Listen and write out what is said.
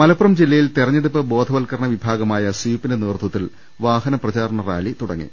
മലപ്പുറം ജില്ലയിൽ തെരഞ്ഞെടുപ്പ് ബോധവത്കരണ വിഭാഗമായ സ്വീപ്പിന്റെ നേതൃത്വത്തിൽ വാഹനപ്രചാരണ റ്റാലി തുടങ്ങി